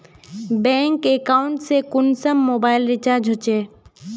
Bank account से कुंसम mobile recharge होचे?